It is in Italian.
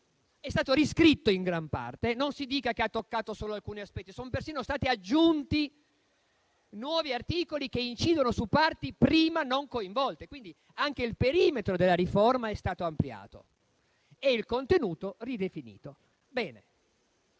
è stato riscritto in gran parte, e non si dica che sono stati toccati solo alcuni aspetti, perché sono stati persino aggiunti nuovi articoli che incidono su parti prima non coinvolte, quindi anche il perimetro della riforma è stato ampliato e il contenuto ridefinito.